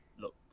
look